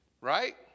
right